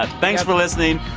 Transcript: ah thanks for listening.